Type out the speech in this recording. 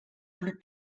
plus